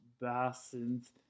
basins